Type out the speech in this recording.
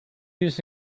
used